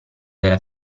della